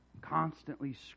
Constantly